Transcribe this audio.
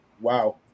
wow